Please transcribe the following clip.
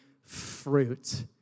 fruit